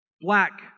black